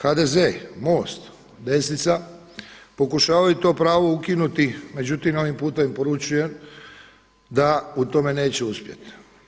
HDZ, MOST, desnica pokušavaju to pravo ukinuti, međutim ovim putem im poručujem da u tome neće uspjeti.